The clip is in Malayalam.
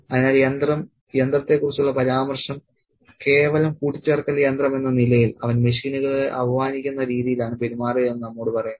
അതിനാൽ യന്ത്രം യന്ത്രത്തെക്കുറിച്ചുള്ള പരാമർശം കേവലം കൂട്ടിച്ചേർക്കൽ യന്ത്രം എന്ന നിലയിൽ അവൻ മെഷീനുകളെ അപമാനിക്കുന്ന രീതിയിലാണ് പെരുമാറുന്നതെന്ന് നമ്മോട് പറയുന്നു